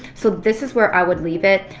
so this is where i would leave it.